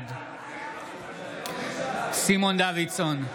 בעד סימון דוידסון,